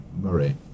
murray